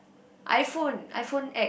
i-Phone i-Phone X